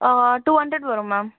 two hundred வரும் ma'am